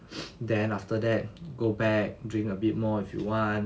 then after that go back drink a bit more if you want